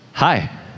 Hi